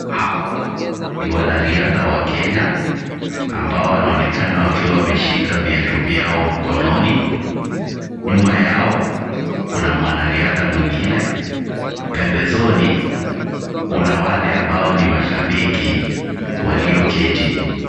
Hawa ni wanariadha wa Kenya ambao wanaonekana wakiwa wameshika viatu vyao mkononi. Nyuma yao kuna wanariadha mwingine. Pembezoni kuna wale ambao ni mashabiki walio keti.